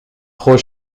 trop